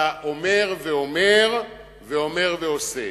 אתה אומר ואומר, ואומר ועושה.